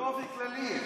באופן כללי.